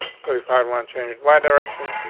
so if i want to change my direction,